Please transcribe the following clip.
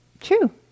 true